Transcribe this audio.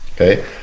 okay